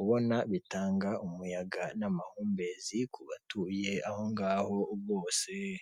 ubona bitanga umuyaga n'amahumbezi, ku batuye aho ngaho bose.